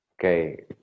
Okay